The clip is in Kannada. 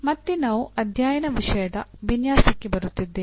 ಮತ್ತೆ ನಾವು ಅಧ್ಯಯನ ವಿಷಯದ ವಿನ್ಯಾಸಕ್ಕೆ ಬರುತ್ತಿದ್ದೇವೆ